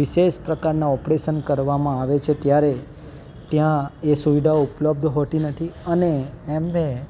વિશેષ પ્રકારના ઓપરેશન કરવામાં આવે છે ત્યારે ત્યાં એ સુવિધાઓ ઉપલબ્ધ હોતી નથી અને એમને